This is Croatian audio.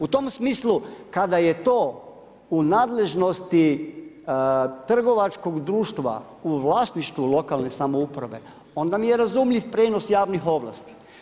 U tom smislu kada je to u nadležnosti trgovačkog društva u vlasništvu lokalne samouprave onda mi je razumljiv prijenos javnih ovlasti.